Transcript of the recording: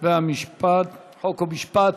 חוק ומשפט.